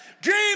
Dream